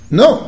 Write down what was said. no